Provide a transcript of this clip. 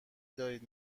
دارید